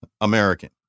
American